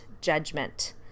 judgment